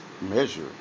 measure